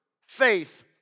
faith